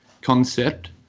concept